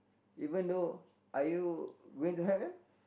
even though are you going to help them